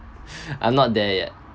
I'm not there yet